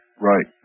Right